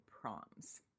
proms